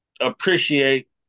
appreciate